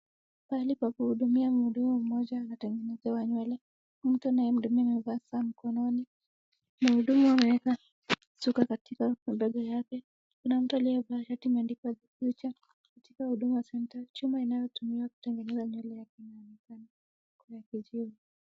Pahali pa kuhudumiwa mdogo mmoja anatengenezewa nywele. Mtu anayemhudumia amevaa saa mkononi. Mhudumu ameweka suka katika mabega yake. Kuna mtu aliyevaa shati imeandikwa Future katika huduma center . Chuma inayotumiwa kutengeneza nywele yake kinaonekana kwa ajili hiyo.